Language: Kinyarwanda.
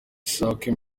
isakwa